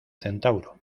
centauro